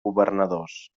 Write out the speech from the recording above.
governadors